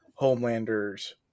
Homelander's